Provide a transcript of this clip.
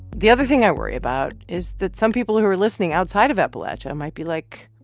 the other thing i worry about is that some people who are listening outside of appalachia might be like,